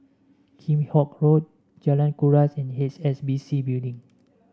Kheam Hock Road Jalan Kuras and H S B C Building